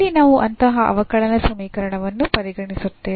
ಇಲ್ಲಿ ನಾವು ಅಂತಹ ಅವಕಲನ ಸಮೀಕರಣವನ್ನು ಪರಿಗಣಿಸುತ್ತೇವೆ